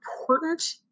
important